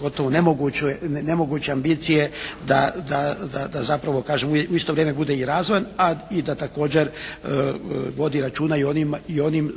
gotovo nemoguće ambicije da zapravo kažem u isto vrijeme bude i razvojan, a da i također vodi računa i onim